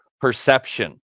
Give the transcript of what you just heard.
perception